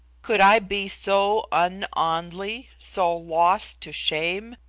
could i be so un-anly so lost to shame,